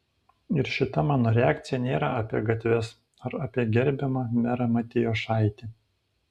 ir šita mano reakcija nėra apie gatves ar apie gerbiamą merą matijošaitį